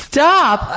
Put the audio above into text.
Stop